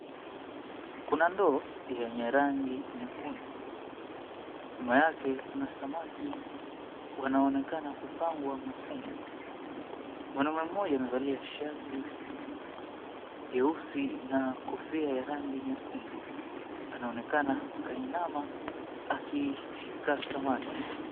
Kuna ndoo yenye rangi nyekundu, nyuma yake kuna samaki wanaonekana kupangwa mafungu. Mwanamume mmoja amevalia shati jeusi na kofia ya rangi nyekundu, anaonekana kainama akishika samaki.